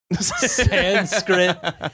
Sanskrit